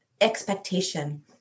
expectation